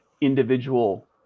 individual